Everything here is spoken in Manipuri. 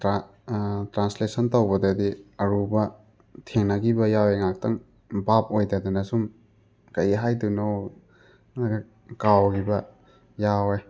ꯇ꯭ꯔꯥꯟꯁꯂꯦꯁꯟ ꯇꯧꯕꯗꯗꯤ ꯑꯔꯨꯕ ꯊꯦꯡꯅꯈꯤꯕ ꯌꯥꯎꯋꯦ ꯉꯥꯛꯇꯪ ꯕꯥꯞ ꯑꯣꯏꯗꯗꯅ ꯁꯨꯝ ꯀꯩ ꯍꯥꯏꯗꯣꯏꯅꯣ ꯀꯥꯎꯈꯤꯕ ꯌꯥꯎꯋꯦ